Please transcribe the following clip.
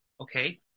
Okay